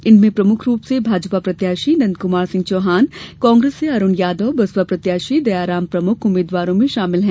इनमें प्रमुख रूप से भाजपा प्रत्याशी नंदकुमार सिंह चौहान कांग्रेस से अरूण यादव बसपा प्रत्याशी दयाराम प्रमुख उम्मीदवारों में शामिल है